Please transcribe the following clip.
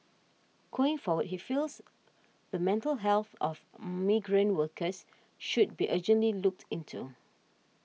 going forward he feels the mental health of migrant workers should be urgently looked into